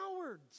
cowards